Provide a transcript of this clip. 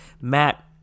Matt